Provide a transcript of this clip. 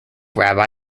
rabbi